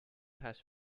has